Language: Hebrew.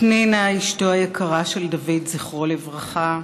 פנינה, אשתו היקרה של דוד, זכרו לברכה,